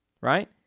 Right